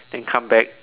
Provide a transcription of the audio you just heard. then come back